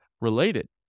related